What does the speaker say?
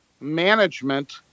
management